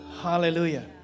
Hallelujah